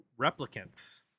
Replicants